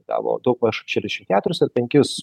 gavo daugmaž šešdešim keturis ar penkis